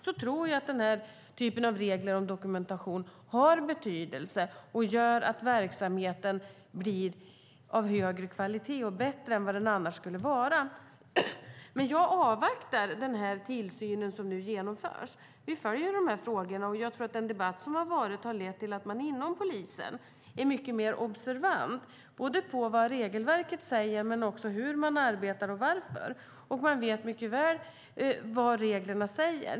Då tror jag att den här typen av regler om dokumentation har betydelse, för den gör att verksamheten har högre kvalitet och blir bättre än vad den annars skulle vara. Jag avvaktar den tillsyn som nu genomförs. Vi följer dessa frågor. Jag tror att den debatt som har varit har lett till att man inom polisen är mycket mer observant, både på vad regelverket säger och på hur man arbetar och varför. Man vet mycket väl vad reglerna säger.